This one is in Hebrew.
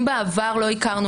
אם בעבר לא הכרנו,